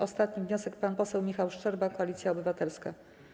Ostatni wniosek, pan poseł Michał Szczerba, Koalicja Obywatelska.